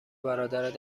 برادرت